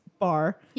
Bar